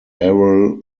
errol